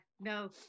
no